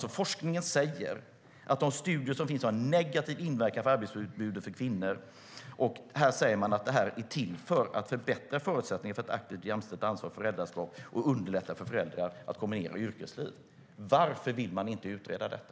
Forskningen säger att de studier som finns pekar på att detta har en negativ inverkan på arbetsutbudet för kvinnor. Här säger man att det här är till för att förbättra förutsättningarna för ett aktivt och jämställt ansvar för föräldraskap och att underlätta för föräldrar att kombinera föräldraskap med yrkesliv. Varför vill man inte utvärdera det?